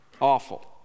Awful